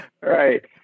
Right